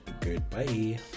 goodbye